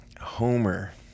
Homer